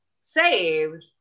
saved